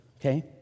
okay